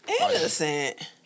Innocent